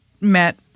met